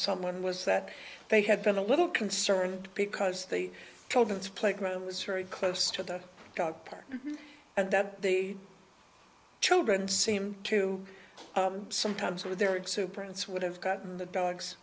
someone was that they had been a little concerned because the children's playground was very close to the dog park and that the children seemed to sometimes with their parents would have gotten the dogs